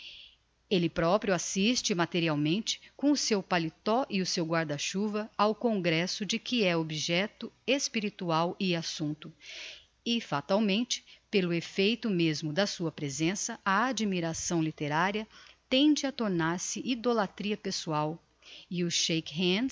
proprio assiste materialmente com o seu paletot e o seu guarda chuva ao congresso de que é objecto espiritual e assumpto e fatalmente pelo effeito mesmo da sua presença a admiração litteraria tende a tornar-se idolatria pessoal e os